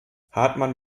hartmann